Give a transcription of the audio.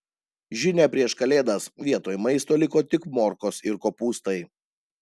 žinia prieš kalėdas vietoj maisto liko tik morkos ir kopūstai